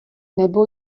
nebo